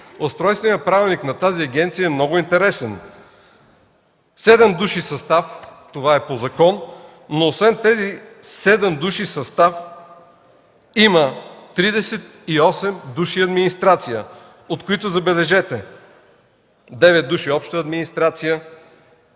Устройственият правилник на тази агенция е много интересен – 7 души състав, това е по закон, но освен тези 7 души състав, има 38 души администрация, от които, забележете, 9 души обща администрация